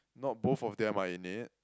not both of them are in it